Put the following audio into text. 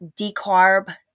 decarb